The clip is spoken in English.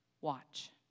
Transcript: watch